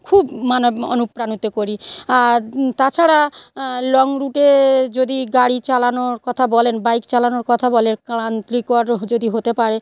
খুব মানে অনুপ্রাণিত করি আর তাছাড়া লং রুটে যদি গাড়ি চালানোর কথা বলেন বাইক চালানোর কথা বলে ক্লান্তিকরও হ যদি হতে পারে